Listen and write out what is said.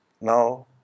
now